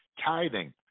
Tithing